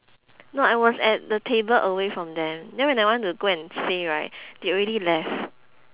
no I was at the table away from them then when I want to go and say right they already left